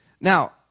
Now